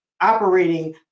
operating